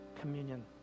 communion